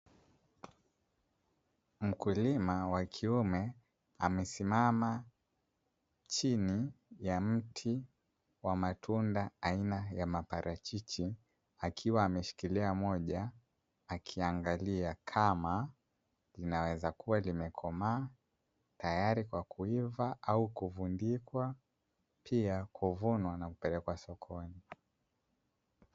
Mkulima wakiume amesimama chini ya mti wa matunda aina ya maparachichi, akiwa ameshikilia moja akiangalia kama linaweza kuwa limekomaa tayari kwa kuiva au kuvundikwa, pia kuvunwa na kupelekwa sokoni.